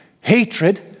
hatred